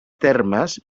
termes